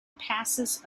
passes